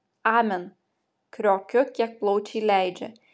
amen kriokiu kiek plaučiai leidžia